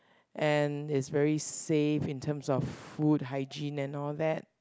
and is very safe in terms of food hygiene and all that